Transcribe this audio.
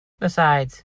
besides